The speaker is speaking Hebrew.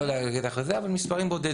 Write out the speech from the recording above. אני לא יודע להגיד לך את זה, אבל מספרים בודדים.